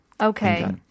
Okay